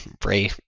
Bray